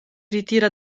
ritira